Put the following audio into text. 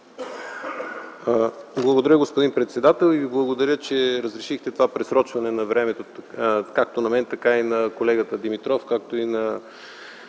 Благодаря, господин председател. И благодаря, че разрешихте това просрочване на времето както на мен, така и на колегата Димитров, така и на